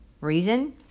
Reason